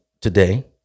today